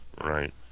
Right